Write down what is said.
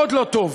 מאוד לא טוב.